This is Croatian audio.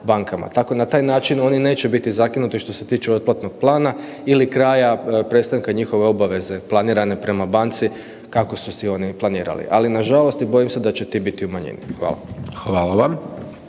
bankama. Tako na taj način oni neće biti zakinuti što se tiče otplatnog plana ili kraja prestanka njihove obaveze planirane prema banci kako su si oni planirali, ali nažalost bojim se da će ti biti u manjini. Hvala. **Hajdaš